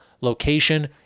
location